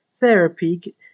therapy